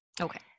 Okay